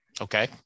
Okay